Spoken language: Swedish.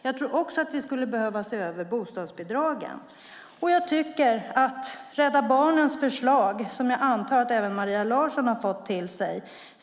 Jag tror också att vi skulle behöva se över bostadsbidragen och vill även framhålla Rädda Barnens förslag, som jag antar att även Maria Larsson har fått.